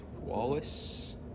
Wallace